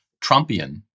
Trumpian